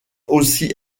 aussi